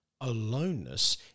aloneness